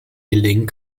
building